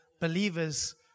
believers